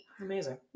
Amazing